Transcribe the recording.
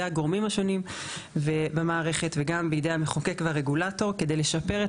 הגורמים השונים במערכת וגם בידי המחוקק והרגולטור כדי לשפר את